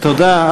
תודה.